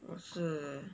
我是